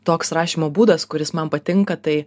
toks rašymo būdas kuris man patinka tai